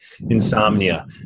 insomnia